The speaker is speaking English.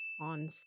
on